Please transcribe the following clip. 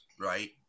right